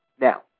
Now